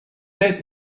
être